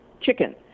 chicken